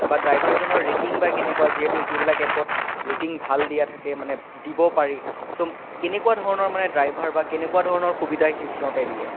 বা ড্ৰাইভাৰজনৰ ৰেটিং বা কেনেকুৱা যিহেতু সেইবিলাক এপত ৰেটিং ভাল দিয়া থাকে মানে দিব পাৰি ছ' কেনেকুৱা ধৰণৰ মানে ড্ৰাইভাৰ বা কেনেকুৱা ধৰণৰ সুবিধা সি সিহঁতে দিয়ে